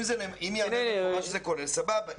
אם היא אמרה שזה כולל סבבה,